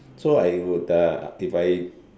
so I would uh if I